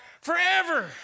Forever